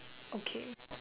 okay